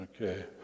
okay